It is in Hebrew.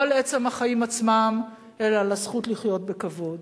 לא על עצם החיים עצמם אלא על הזכות לחיות בכבוד.